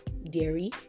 dairy